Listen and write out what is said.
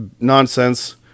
nonsense